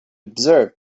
observed